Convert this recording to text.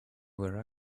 where